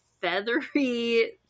feathery